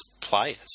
players